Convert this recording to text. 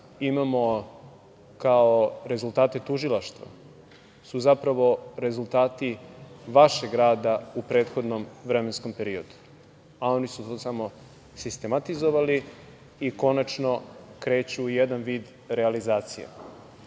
imamo kao rezultate tužilaštva, su zapravo rezultati vašeg rada u prethodnom vremenskom periodu, a oni su to samo sistematizovali i konačno kreću u jedan vid realizacije. Mi